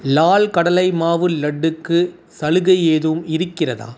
லால் கடலைமாவு லட்டுக்கு சலுகை ஏதும் இருக்கிறதா